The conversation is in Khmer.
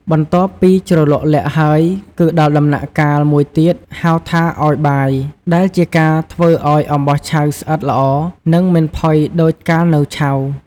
បន្ទាប់ពីជ្រលក់ល័ក្តហើយគឺដល់ដំណាក់កាលមួយទៀតហៅថាឲ្យបាយ ដែលជាការធ្វើឲ្យអំបោះឆៅស្អិតល្អនិងមិនផុយដូចកាលនៅឆៅ។